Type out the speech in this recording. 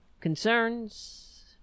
concerns